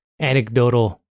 anecdotal